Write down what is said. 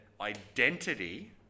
identity